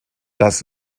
das